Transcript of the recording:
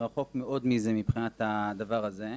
רחוק מאוד מזה מבחינת הדבר הזה.